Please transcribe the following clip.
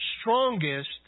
strongest